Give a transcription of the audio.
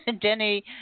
Denny